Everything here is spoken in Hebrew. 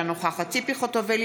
אינה נוכחת ציפי חוטובלי,